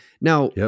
Now